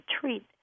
treat